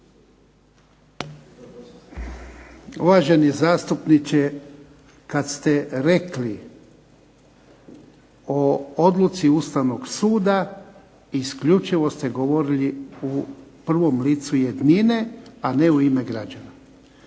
Uvaženi zastupniče kad ste rekli o odluci Ustavnog suda isključivo ste govorili u prvom licu jednine, a ne u ime građana.